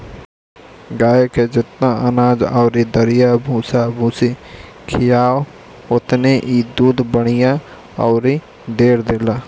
गाए के जेतना अनाज अउरी दरिया भूसा भूसी खियाव ओतने इ दूध बढ़िया अउरी ढेर देले